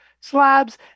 slabs